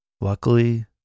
Luckily